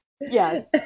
Yes